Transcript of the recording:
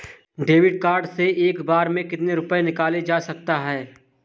David card से एक बार में कितनी रूपए निकाले जा सकता है?